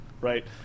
right